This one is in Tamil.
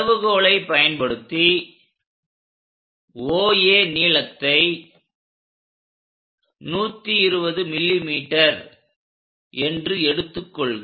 அளவுகோலை பயன்படுத்தி OA நீளத்தை 120 mm என்று எடுத்துக் கொள்க